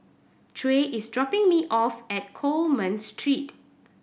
Trey is dropping me off at Coleman Street